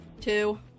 two